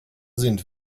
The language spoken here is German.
sind